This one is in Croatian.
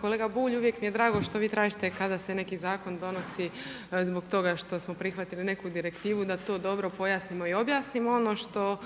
kolega Bulj, uvijek mi je drago što vi tražite kada se neki zakon donosi zbog toga što smo prihvatili neku direktivu da to dobro pojasnimo i objasnimo. Ono što